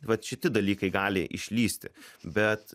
vat šiti dalykai gali išlįsti bet